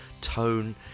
tone